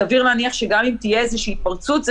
סביר להניח שגם אם תהיה איזושהי התפרצות זה